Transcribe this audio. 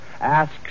Ask